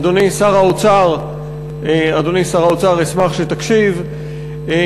אדוני שר האוצר, אשמח אם תקשיב.